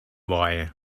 why